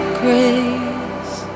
grace